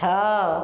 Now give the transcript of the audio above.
ଛଅ